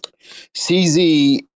CZ